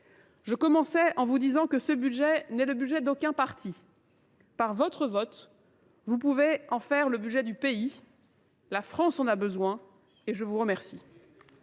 Je commençais en vous disant que ce budget n’était celui d’aucun parti. Par votre vote, vous pouvez en faire le budget du pays. La France en a besoin. Nous passons